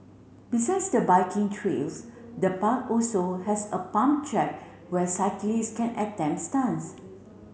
besides the biking trails the park also has a pump track where cyclists can attempt stunts